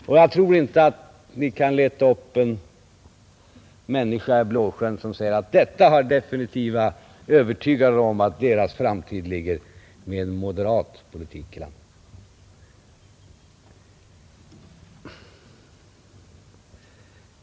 Och jag tror inte att Ni kan leta upp en människa i Blåsjön som säger att detta har definitivt övertygat honom om att vår framtid ligger i en moderat politik i landet.